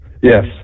Yes